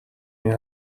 این